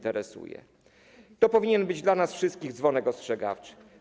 To powinien być dla nas wszystkich dzwonek ostrzegawczy.